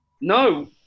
No